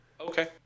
Okay